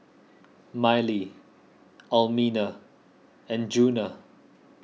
Mylie Almina and Djuna